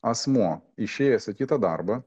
asmuo išėjęs į kitą darbą